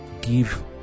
give